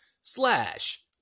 slash